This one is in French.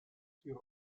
sur